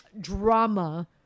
drama